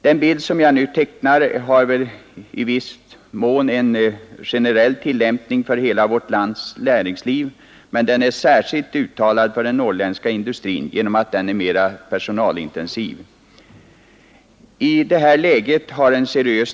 Den bild som jag här tecknat är väl i viss mån generell för hela vårt lands näringsliv, men den är särskilt uttalad för den norrländska industrin genom att denna är mera personalintensiv än industrin i landet i övrigt.